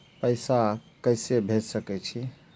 पैसा के से भेज सके छी?